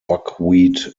buckwheat